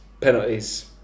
penalties